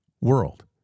world